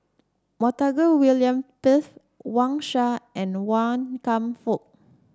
Montague William Pett Wang Sha and Wan Kam Fook